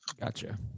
Gotcha